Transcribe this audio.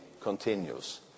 continues